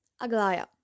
Aglaya